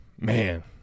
Man